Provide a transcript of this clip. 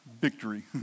Victory